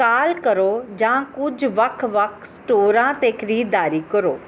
ਕਾਲ ਕਰੋ ਜਾਂ ਕੁਝ ਵੱਖ ਵੱਖ ਸਟੋਰਾਂ 'ਤੇ ਖ਼ਰੀਦਦਾਰੀ ਕਰੋ